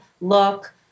look